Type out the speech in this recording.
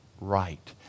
right